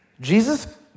Jesus